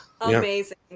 amazing